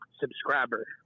subscriber